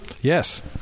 Yes